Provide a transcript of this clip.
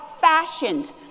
fashioned